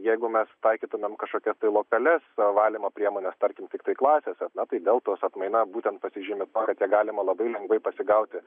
jeigu mes taikytumėm kažkokias tai lokalias valymo priemones tarkim tiktai klasėse na tai deltos atmaina būtent pasižymi tuo kad ją galima labai lengvai pasigauti